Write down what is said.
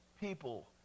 people